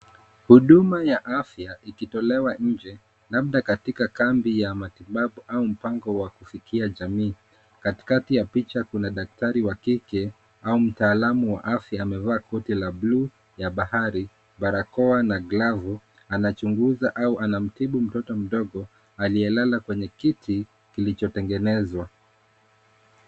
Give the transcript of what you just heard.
Huduma ya afya ikitolewa nje, labda katika kambi ya matibabu au mpango wa kufikia jamii. Katikati ya picha kuna daktari wa kike au mtaalamu wa afya amevaa koti la bluu ya bahari, barakoa na glavu, anachunguza au anamtibu mtoto mdogo aliyelala kwenye kiti kilichotengenezwa.